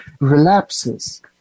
relapses